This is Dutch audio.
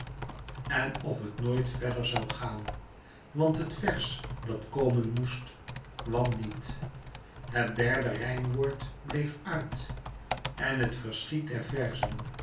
en of het nooit verder zoû gaan want het vers dat komen moest kwam niet het derde rijmwoord bleef uit en het verschiet der verzen